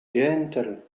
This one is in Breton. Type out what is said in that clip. gentel